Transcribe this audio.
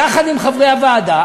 יחד עם חברי הוועדה,